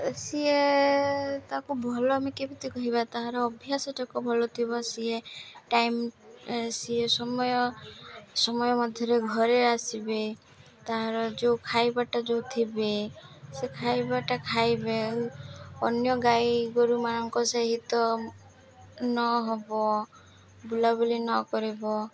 ସିଏ ତାକୁ ଭଲ ଆମେ କେମିତି କହିବା ତାହାର ଅଭ୍ୟାସଟାକ ଭଲ ଥିବ ସିଏ ଟାଇମ୍ ସିଏ ସମୟ ସମୟ ମଧ୍ୟରେ ଘରେ ଆସିବେ ତାହାର ଯେଉଁ ଖାଇବାଟା ଯେଉଁ ଥିବେ ସେ ଖାଇବାଟା ଖାଇବେ ଅନ୍ୟ ଗାଈ ଗୋରୁମାନଙ୍କ ସହିତ ନ ହେବ ବୁଲାବୁଲି ନ କରିବ